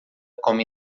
come